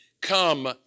come